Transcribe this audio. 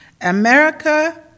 America